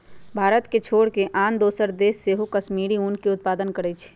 भारत के छोर कऽ आन दोसरो देश सेहो कश्मीरी ऊन के उत्पादन करइ छै